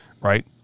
Right